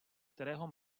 kterého